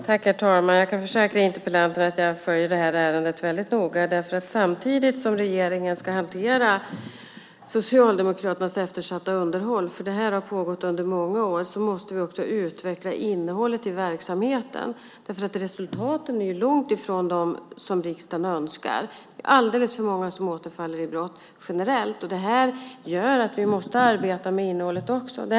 Herr talman! Jag kan försäkra interpellanten att jag följer ärendet noga. Samtidigt som regeringen ska hantera Socialdemokraternas eftersatta underhåll - för det här har pågått under många år - måste vi utveckla innehållet i verksamheten. Resultaten är ju långtifrån dem som riksdagen önskar. Det är alldeles för många som återfaller i brott generellt. Det gör att vi måste arbeta med innehållet också.